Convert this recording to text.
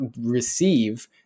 receive